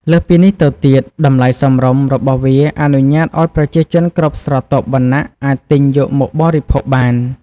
លើសពីនេះទៅទៀត តម្លៃសមរម្យ របស់វាអនុញ្ញាតឲ្យប្រជាជនគ្រប់ស្រទាប់វណ្ណៈអាចទិញយកមកបរិភោគបាន។